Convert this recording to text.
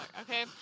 Okay